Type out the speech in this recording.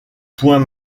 point